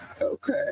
Okay